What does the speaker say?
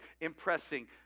impressing